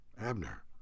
Abner